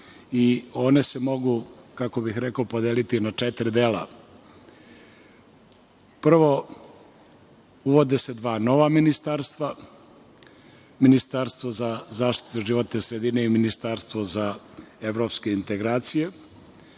i one se mogu, kako bih rekao, podeliti na četiri dela. Prvo, uvode se dva nova ministarstva, ministarstvo za zaštitu životne sredine i ministarstvo za evropske integracije.